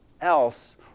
else